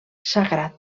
sagrat